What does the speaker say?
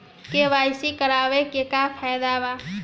KYC करवला से का का फायदा बा?